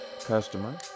customer